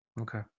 Okay